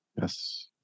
yes